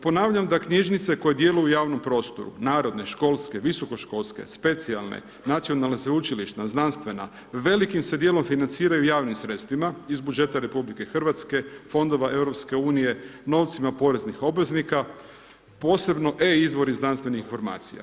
Ponavljam da knjižnice koje djeluju u javnom prostoru, narodne, školske, visoko školske, specijalne, nacionalna i sveučilišna, znanstvena, velikim se djelom financiraju javnim sredstvima iz budžeta RH, fondova EU, novcima poreznih obveznika, posebno e izvor iz znanstvenih informacija.